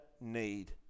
need